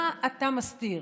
מה אתה מסתיר?